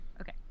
Okay